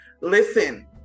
Listen